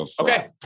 Okay